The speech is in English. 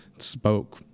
spoke